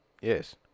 Yes